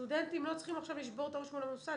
סטודנטים לא צריכים עכשיו לשבור את הראש מול המוסד.